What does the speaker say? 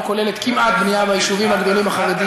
כוללת כמעט בנייה ביישובים הגדולים החרדיים,